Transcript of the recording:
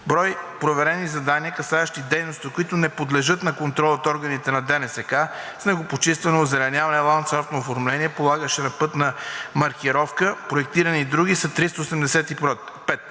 брой проверени задания, касаещи дейности, които не подлежат на контрол от органите на ДНСК – снегопочистване, озеленяване, ландшафтно оформление, полагаща пътна маркировка, проектиране и други, са 385.